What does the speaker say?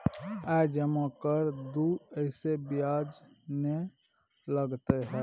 आय जमा कर दू ऐसे ब्याज ने लगतै है?